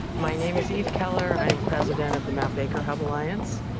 my name is eve keller, i'm president of the mount baker hub alliance,